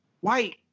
white